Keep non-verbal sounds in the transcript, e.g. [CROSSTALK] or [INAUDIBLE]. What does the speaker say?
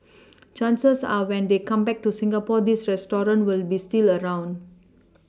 [NOISE] chances are when they come back to Singapore these restaurants will be still around